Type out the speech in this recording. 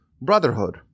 brotherhood